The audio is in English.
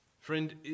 Friend